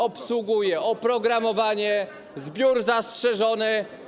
Obsługuje oprogramowanie, zbiór zastrzeżony.